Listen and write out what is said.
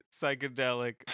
psychedelic